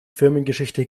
firmengeschichte